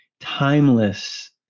timeless